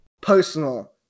personal